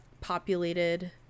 populated